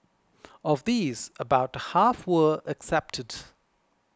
of these about half were accepted